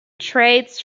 trades